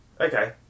Okay